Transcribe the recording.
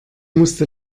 musste